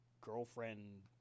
girlfriend